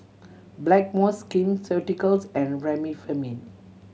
Blackmores Skin Ceuticals and Remifemin